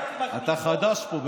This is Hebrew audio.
פקודת, אתה חדש פה.